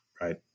Right